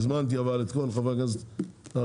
הזמנתי אבל את כל חברי הכנסת הרלוונטיים